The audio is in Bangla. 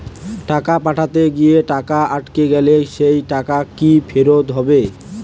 টাকা পাঠাতে গিয়ে টাকা আটকে গেলে সেই টাকা কি ফেরত হবে?